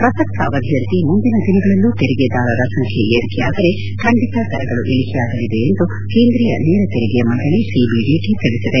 ಪ್ರಸಕ್ತ ಅವಧಿಯಂತೆ ಮುಂದಿನ ದಿನಗಳಲ್ಲೂ ತೆರಿಗೆದಾರರ ಸಂಖ್ಯೆ ಏರಿಕೆಯಾದರೆ ಖಂಡಿತ ದರಗಳು ಇಳಿಕೆಯಾಗಲಿವೆ ಎಂದು ಕೇಂದ್ರೀಯ ನೇರ ತೆರಿಗೆ ಮಂಡಳಿ ಸಿಬಿಡಿಟಿ ತಿಳಿಸಿದೆ